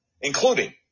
including